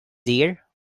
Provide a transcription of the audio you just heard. dear